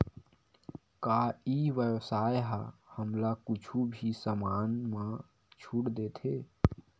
का ई व्यवसाय ह हमला कुछु भी समान मा छुट देथे?